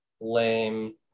lame